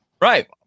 Right